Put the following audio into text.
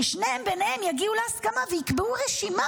ששניהם ביניהם יגיעו להסכמה ויקבעו רשימה